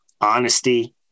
Honesty